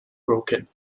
broken